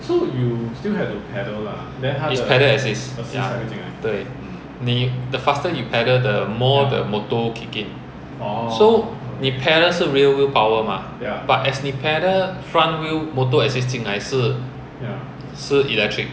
it's pedal assist ya 对你 the faster you pedal the more the motor kick in so 你 pedal 是 rear wheel power mah but as you pedal front wheel motor assist 进来是是 electric